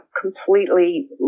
completely